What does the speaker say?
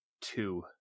two